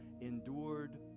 endured